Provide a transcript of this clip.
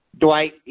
Dwight